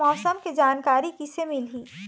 मौसम के जानकारी किसे मिलही?